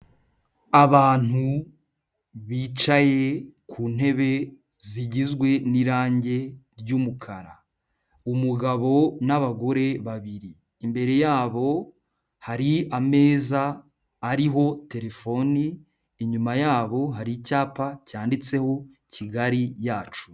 Abantu bicaye ku ntebe zigizwe n'irange ry'umukara. Umugabo n'abagore babiri, imbere yabo, hari ameza ariho telefoni, inyuma yabo hari icyapa cyanditseho Kigali yacu.